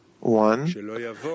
One